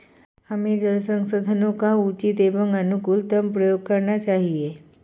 हमें जल संसाधनों का उचित एवं अनुकूलतम प्रयोग करना चाहिए